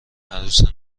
عروس